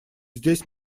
здесь